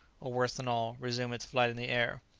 or, worse than all, resume its flight in the air?